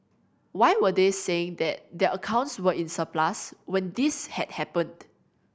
why were they saying that their accounts were in surplus when this had happened